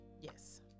Yes